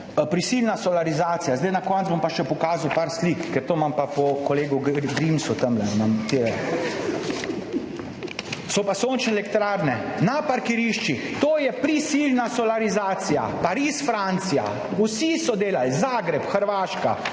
Prisilna solarizacija. Na koncu bom pa pokazal še par slik, ker to imam pa po kolegu Grimsu tamle. Sončne elektrarne na parkiriščih, to je prisilna solarizacija. Pariz, Francija, vsi so delali, Zagreb, Hrvaška,